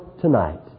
tonight